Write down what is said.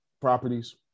properties